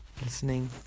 listening